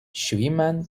schwimmern